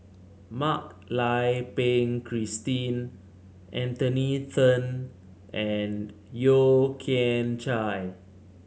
Mak Lai Peng Christine Anthony Then and Yeo Kian Chai